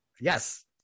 Yes